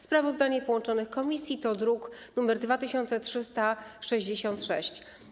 Sprawozdanie połączonych komisji to druk nr 2366.